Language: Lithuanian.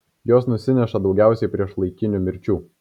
jos nusineša daugiausiai priešlaikinių mirčių